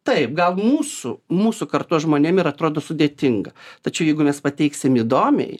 taip gal mūsų mūsų kartos žmonėm ir atrodo sudėtinga tačiau jeigu mes pateiksim įdomiai